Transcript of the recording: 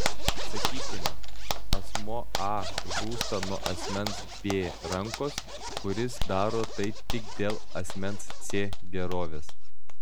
sakykime asmuo a žūsta nuo asmens b rankos kuris daro tai tik dėl asmens c gerovės